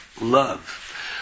love